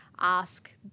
ask